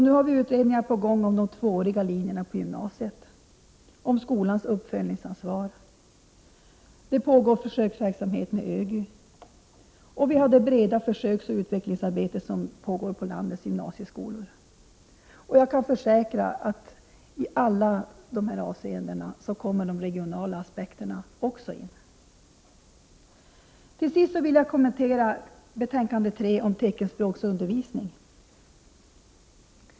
Nu har vi utredningar på gång om de tvååriga linjerna på gymnasiet och om skolans uppföljningsansvar. Det pågår försöksverksamhet om ÖGY. Vi har också det breda försöksoch utvecklingsarbete som pågår ute på landets gymnasieskolor. Jag kan försäkra att de regionala aspekterna kommer in i alla dessa sammanhang. Till sist vill jag kommentera betänkande 3 om teckenspråksundervisning.